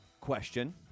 question